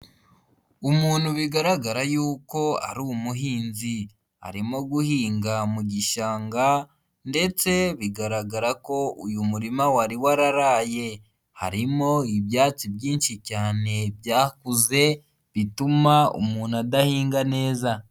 Umuntu bigaragara yuko ari umuhinzi, arimo guhinga mu gishanga ndetse bigaragara ko uyu murima wari wararaye, harimo ibyatsi byinshi cyane byahuze, bituma umuntu adahinga neza.